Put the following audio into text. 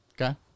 Okay